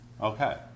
Okay